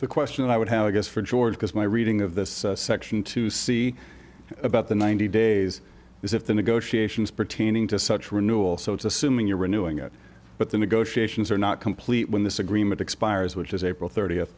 the question i would have i guess for george because my reading of this section to see about the ninety days is if the negotiations pertaining to such renewal so it's assuming you're renewing it but the negotiations are not complete when this agreement expires which is april thirtieth